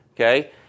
Okay